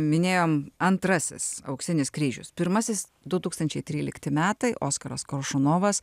minėjom antrasis auksinis kryžius pirmasis du tūkstančiai trylikti metai oskaras koršunovas